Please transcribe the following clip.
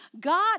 God